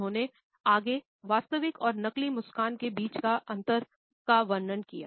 उन्होंने आगे वास्तविक और नकली मुस्कान के बीच के अंतर का वर्णन किया